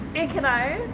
wait can I